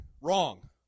Wrong